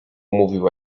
mówił